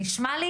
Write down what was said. וזה נשמע לי